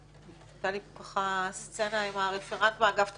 הייתה לי סצנה עם הרפרנט מאגף תקציבים,